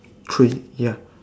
three ya